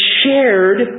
shared